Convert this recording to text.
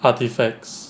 artefacts